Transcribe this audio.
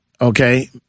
Okay